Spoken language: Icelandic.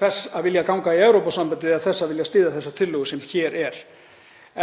þess að vilja ganga í Evrópusambandið eða þess að vilja styðja þessa tillögu sem hér er.